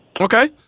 Okay